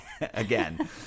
Again